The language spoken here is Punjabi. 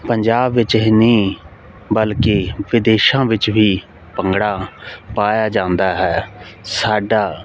ਪੰਜਾਬ ਵਿੱਚ ਹੀ ਨਹੀਂ ਬਲਕਿ ਵਿਦੇਸ਼ਾਂ ਵਿੱਚ ਵੀ ਭੰਗੜਾ ਪਾਇਆ ਜਾਂਦਾ ਹੈ ਸਾਡਾ